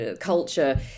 culture